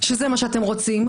שזה מה שאתם רוצים,